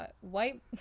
white